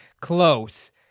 Close